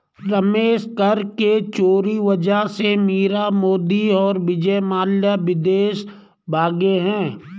रमेश कर के चोरी वजह से मीरा मोदी और विजय माल्या विदेश भागें हैं